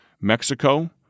Mexico